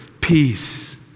Peace